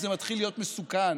זה מתחיל להיות מסוכן.